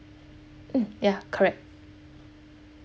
mm ya correct